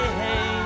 hey